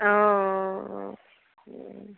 অঁ অঁ অঁ